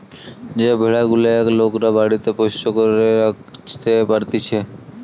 যে ভেড়া গুলেক লোকরা বাড়িতে পোষ্য করে রাখতে পারতিছে